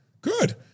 Good